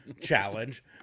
challenge